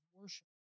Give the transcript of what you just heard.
worship